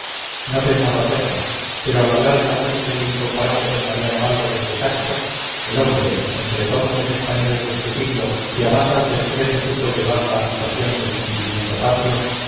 no pensaba hacerla pero al hablar de la muerte del incomparable d mariano álvarez de castro el hombre entre todos los españoles de este siglo que a más alto extremo supo llevar la aplicación del sentimiento patrio